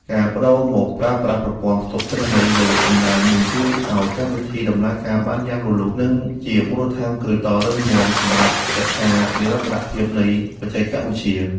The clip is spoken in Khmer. ការប្តូរមកប្រើប្រាស់ប្រព័ន្ធផ្ទុកទិន្នន័យលើបណ្តាញនឹងជួយឱ្យកម្មវិធីដំណើរការបានយ៉ាងរលូន និង ជាមូលដ្ឋានគ្រឹះដ៏រឹងមាំសម្រាប់រក្សានិរន្តរភាពនៃបច្ចេកវិទ្យា។